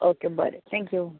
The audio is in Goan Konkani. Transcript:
ओके बरें थॅंक यू